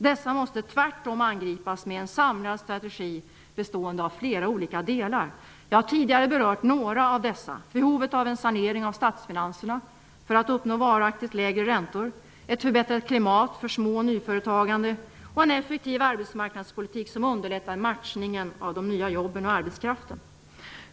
Dessa måste tvärtom angripas med en samlad strategi bestående av flera olika delar, Jag har tidigare berört några av dessa -- behovet av en sanering av statsfinanserna för att uppnå varaktigt lägre räntor, ett förbättrat klimat för små och nyföretagande och en effektiv arbetsmarknadspolitik som underlättar matchningen av de nya jobben oh arbetskraften.